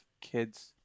kids